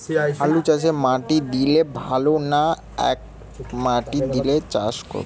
আলুচাষে মাটি দিলে ভালো না একমাটি দিয়ে চাষ ভালো?